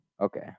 okay